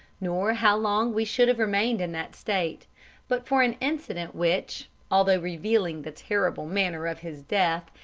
nor how long we should have remained in that state but for an incident which, although revealing the terrible manner of his death,